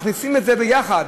מכניסים את זה ביחד,